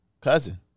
Cousin